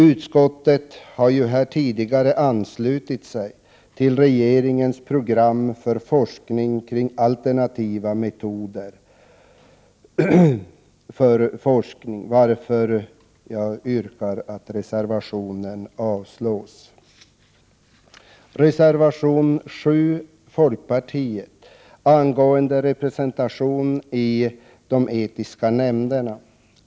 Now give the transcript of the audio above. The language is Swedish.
Utskottet har tidigare anslutit sig till regeringens program för forskning kring alternativa forskningsmetoder, varför jag yrkar att reservationen avslås. Reservation 7 från folkpartiet tar upp representationen i de etiska nämnderna.